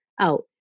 out